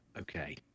Okay